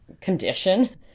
condition